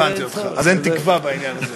הבנתי אותך, אז אין תקווה בעניין הזה.